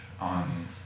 on